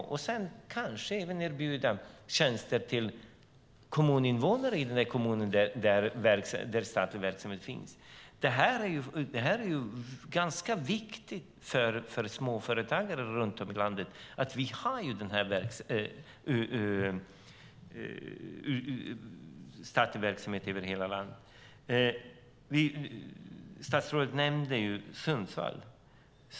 Sedan kan de kanske även erbjuda tjänster till kommuninvånare i den kommun där statlig verksamhet finns. Det är ganska viktigt för småföretagare runt om i landet att vi har statlig verksamhet över hela landet. Statsrådet nämnde Sundsvall.